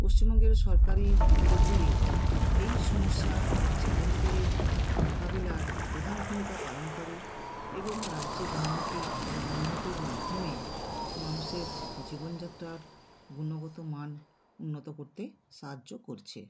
পশ্চিমবঙ্গের সরকারি উদ্যোগগুলির এই সমস্যা ও চ্যালেঞ্জগুলির মোকাবিলার প্রধান ভূমিকা পালন করে এবং রাজ্যের উন্নতি এবং উন্নতির মাধ্যমে মানুষের জীবনযাত্রার গুণগত মান উন্নত করতে সাহায্য করছে